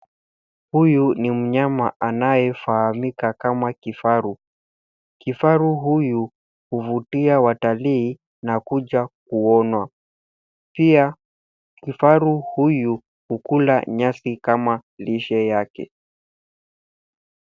Huyu ni mnyama anayefahamika kama kifaru, kifaru huyu huvutia watalii na kuja kuonwa pia kifaru huyu hukula nyasi kama lishe yake.